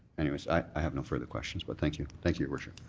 anyways, i have no further questions, but thank you. thank you, your worship.